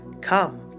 Come